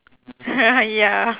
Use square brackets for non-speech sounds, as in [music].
[laughs] ya